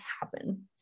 happen